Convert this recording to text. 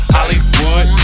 Hollywood